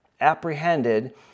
apprehended